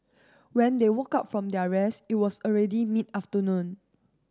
when they woke up from their rest it was already mid afternoon